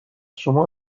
شما